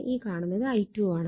ഈ കാണുന്നത് i2 ഉം ആണ്